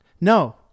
no